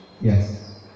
Yes